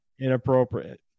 Inappropriate